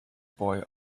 boy